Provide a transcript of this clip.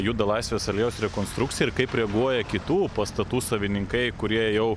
juda laisvės alėjos rekonstrukcija ir kaip reaguoja kitų pastatų savininkai kurie jau